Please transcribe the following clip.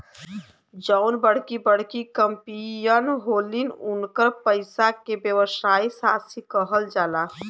जउन बड़की बड़की कंपमीअन होलिन, उन्कर पइसा के व्यवसायी साशी कहल जाला